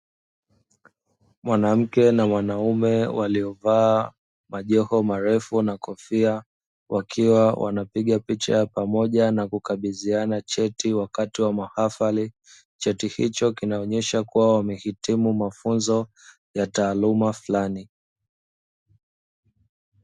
Mwanamke na mwanaume waliovaa majoho marefu na kofia wakiwa wana piga picha ya pamoja na kukabiziana cheti wakati wa mahafali. Cheti hicho kinaonyesha kuwa wamehitimu mafunzo ya taaluma fulani.